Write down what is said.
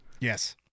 Yes